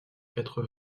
quatre